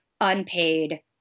unpaid